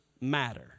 matter